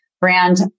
brand